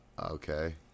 Okay